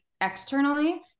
externally